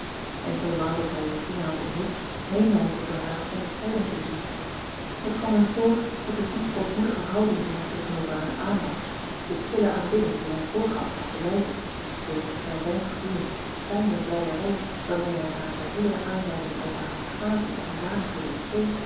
de enkele maal dat hij regina had ontmoet meende hij zich door haar onderscheiden te zien het kwam hem voor dat de diep ootmoedige houding die hij tegenover haar aannam de stille aanbidding die hij voorgaf haar te wijden de naar zijn gevoelen fijne vleierij waarmee hij haar bij iedere aanleiding over hare gaven en hoedanigheden prees